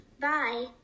Bye